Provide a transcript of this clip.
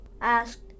asked